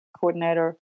coordinator